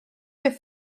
beth